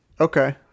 Okay